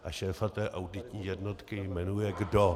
A šéfa té auditní jednotky jmenuje kdo?